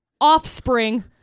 offspring